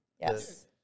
Yes